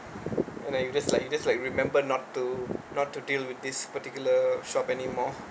and then you just like you just like remember not to not to deal with this particular shop anymore